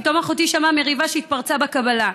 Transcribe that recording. פתאום אחותי שמעה מריבה שהתפרצה בקבלה,